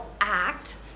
act